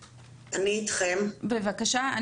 בבקשה.